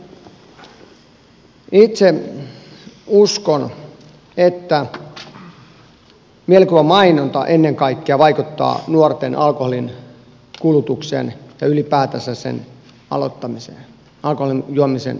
itse uskon että mielikuvamainonta ennen kaikkea vaikuttaa nuorten alkoholinkulutukseen ja ylipäätänsä alkoholin juomisen aloittamiseen